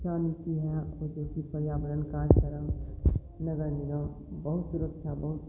की यहाँ ओ जोकि पर्यावरण कार्यक्रम नगर निगम बहुत दुरुस्त है बहुत